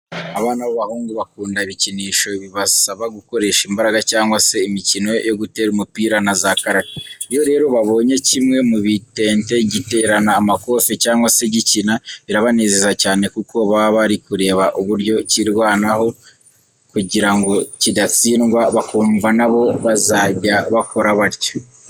Abana b'abahungu bakunda ibikinisho bibasaba gukoresha imbaraga cyangwa se imikino yo gutera umupira na za karate, iyo rero babonye kimwe mu bitente giterana amakofe cyangwa se gikina birabanezeza cyane kuko baba bari kureba uburyo cyirwanaho kugira ngo kidatsindwa, bakumva na bo bazajya bakora batyo.